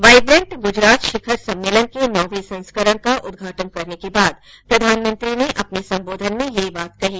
vibrate Gujarat शिखर सम्मेलन के नौवे संस्करण का उद्घाटन करने के बाद प्रधानमंत्री ने अपने सम्बोधन में यह बात कही